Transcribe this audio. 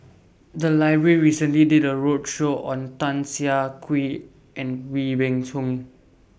The Library recently did A roadshow on Tan Siah Kwee and Wee Beng Chong